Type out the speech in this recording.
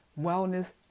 wellness